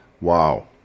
Wow